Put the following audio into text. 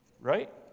Right